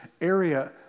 area